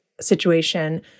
situation